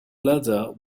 plaza